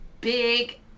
big